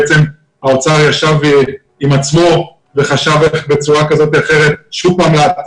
האוצר ישב עם עצמו וחשב בצורה כזאת או אחרת להשית